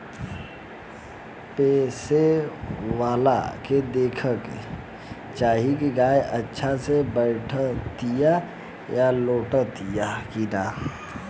पोसेवला के देखे के चाही की गाय अच्छा से बैठतिया, लेटतिया कि ना